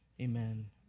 Amen